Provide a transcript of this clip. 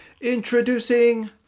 Introducing